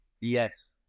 Yes